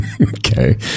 okay